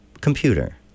computer